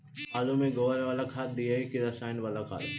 आलु में गोबर बाला खाद दियै कि रसायन बाला खाद?